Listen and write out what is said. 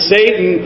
Satan